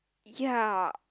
ya